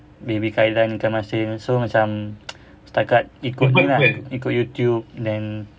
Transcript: baby kai lan ikan masin so macam setakat ikut ni ah ikut youtube and